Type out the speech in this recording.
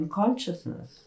consciousness